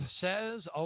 says